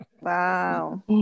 Wow